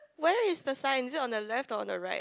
where is the sign is it on the Left or on the Right